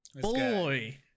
boy